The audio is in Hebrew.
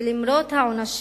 ולמרות העונשים